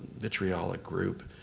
vitriolic group.